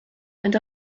and